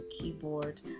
keyboard